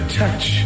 touch